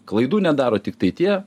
klaidų nedaro tiktai tie